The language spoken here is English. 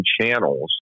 channels